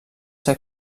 ser